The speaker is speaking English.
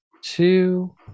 two